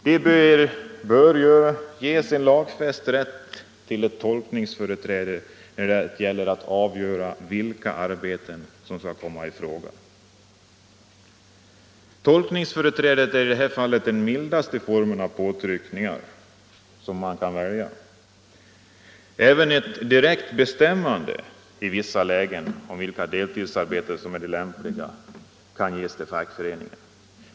De bör ges lagfäst rätt till tolkningsföreträde när det gäller att avgöra vilka arbeten som skall komma i fråga. Tolkningsföreträdet är i detta fall den mildaste form av påtryckningar som kan väljas. Även ett direkt bestämmande i vissa lägen om vilka deltidsarbeten som är lämpliga kan överlåtas på fackföreningen.